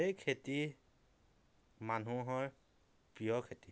এই খেতি মানুহৰ প্ৰিয় খেতি